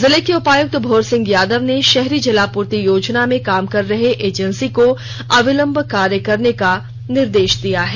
जिले के उपायुक्त भोर सिंह यादव ने शहरी जलापूर्ति योजना में काम कर रहे एजेंसी को अविलंब कार्य करने का निर्देश दिया है